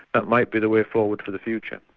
that might be the way forward for the future.